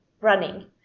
running